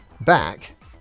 back